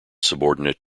subordinate